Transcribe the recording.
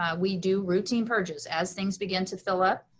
um we do routine purges, as things begin to fill up,